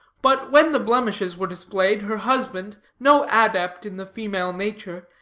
but when the blemishes were displayed, her husband, no adept in the female nature,